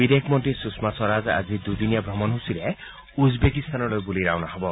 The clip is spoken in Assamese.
বিদেশ মন্ত্ৰী সুষমা স্বৰাজ আজি দুদিনীয়া ভ্ৰমণসূচীৰে উজবেকিস্তানলৈ ৰাওণা হব